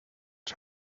his